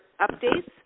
updates